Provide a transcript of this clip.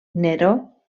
neró